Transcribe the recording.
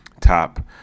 Top